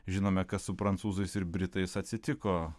žinome kas su prancūzais ir britais atsitiko